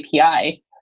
API